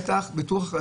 אם היתה פה ביקורת,